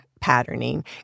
patterning